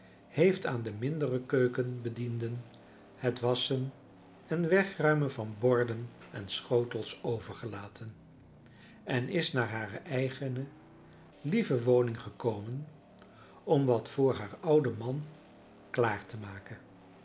heeft aan de mindere keukenbedienden het wasschen en wegruimen van borden en schotels overgelaten en is naar hare eigene lieve woning gekomen om wat voor haar ouden man klaar te maken